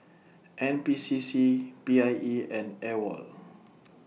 N P C C P I E and AWOL